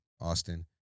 Austin